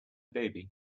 baby